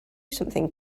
something